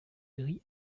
gris